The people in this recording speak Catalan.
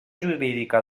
jurídica